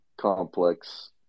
complex